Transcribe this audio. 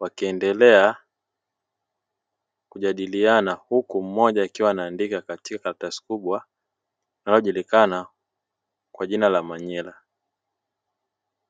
wakiendelea kujadiliana huku mmoja akiwa anaandika katika karatasi kubwa, inayojulikana kwa jina la Manira.